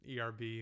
ERB